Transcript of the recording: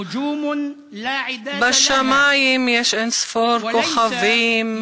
בשמים יש אין-ספור כוכבים,